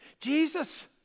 Jesus